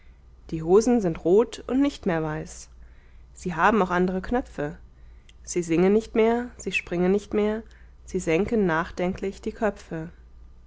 die hosen sind rot und nicht mehr weiß sie haben auch andere knöpfe sie singen nicht mehr sie springen nicht mehr sie senken nachdenklich die köpfe